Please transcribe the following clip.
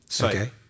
Okay